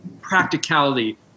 practicality